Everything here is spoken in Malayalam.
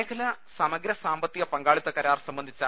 മേഖലാ സമഗ്ര സാമ്പത്തിക പങ്കാളിത്ത കരാർ സംബന്ധിച്ചു